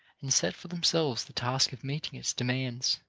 and set for themselves the task of meeting its demands.